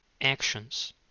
actions